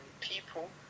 people